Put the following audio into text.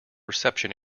reception